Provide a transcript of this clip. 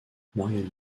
marianne